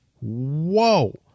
Whoa